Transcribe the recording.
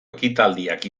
ekitaldiak